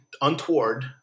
untoward